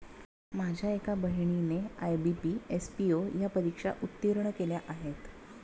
माझ्या एका बहिणीने आय.बी.पी, एस.पी.ओ या परीक्षा उत्तीर्ण केल्या आहेत